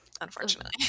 unfortunately